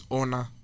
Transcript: owner